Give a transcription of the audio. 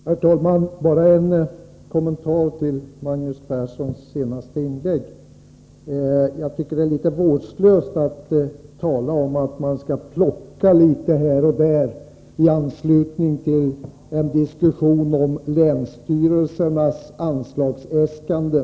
Herr talman! Bara en kommentar till Magnus Perssons senaste inlägg. Jag tycker att det är litet vårdslöst att tala om att man skall plocka litet här och där, i anslutning till en diskussion om länsstyrelsernas anslagsäskanden.